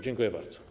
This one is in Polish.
Dziękuję bardzo.